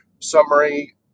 summary